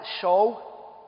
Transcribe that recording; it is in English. show